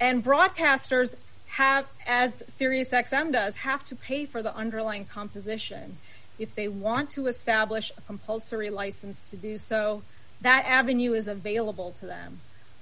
and broadcasters have as sirius x m does have to pay for the underlying composition if they want to establish a compulsory license to do so that avenue is available to them